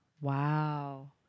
Wow